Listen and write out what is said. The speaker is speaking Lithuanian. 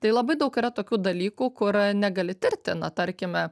tai labai daug yra tokių dalykų kur negali tirti na tarkime